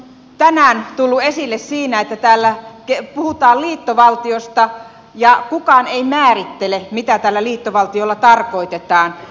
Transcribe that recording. se on tänään tullut esille erityisesti siinä että täällä puhutaan liittovaltiosta ja kukaan ei määrittele mitä tällä liittovaltiolla tarkoitetaan